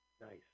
Nice